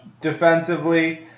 Defensively